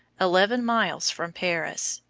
eleven miles from paris.